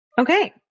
Okay